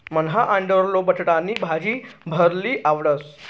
मन्हा आंडोरले बटाटानी भाजी भलती आवडस